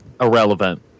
Irrelevant